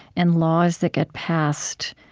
and laws that get passed,